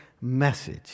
message